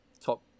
top